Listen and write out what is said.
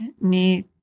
need